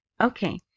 Okay